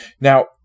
Now